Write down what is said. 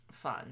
Fun